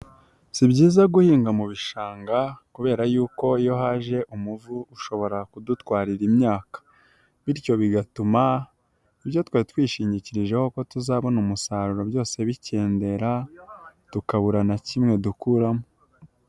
Si byiza guhinga mu bishanga kubera yuko iyo haje umuvu ushobora kudutwarira imyaka, bityo bigatuma ibyo twari twishingikirijeho ko tuzabona umusaruro byose bikendera, tukabura na kimwe dukuramo.